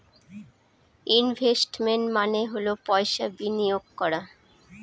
investment মানে হল পয়সা বিনিয়োগ করা